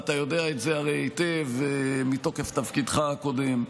ואתה יודע את זה הרי היטב מתוקף תפקידך הקודם.